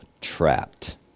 trapped